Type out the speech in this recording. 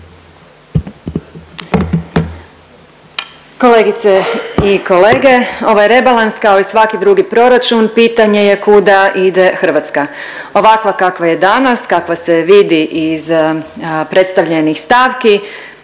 Kolegice i kolege, ovaj rebalans kao i svaki drugi proračun pitanje je kuda ide Hrvatska. Ovakva kakva je danas, kakva se vidi iz predstavljenih stavki,